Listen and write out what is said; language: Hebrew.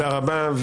תודה רבה.